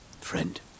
friend